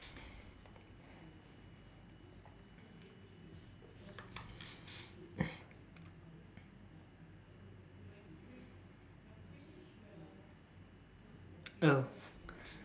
oh